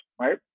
right